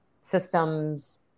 systems